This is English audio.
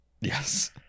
yes